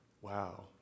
wow